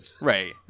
right